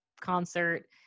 concert